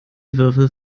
würfel